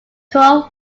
tour